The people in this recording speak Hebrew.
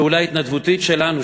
פעולה התנדבותית שלנו,